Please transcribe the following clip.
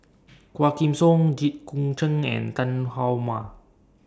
Quah Kim Song Jit Koon Ch'ng and Tan How